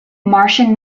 martian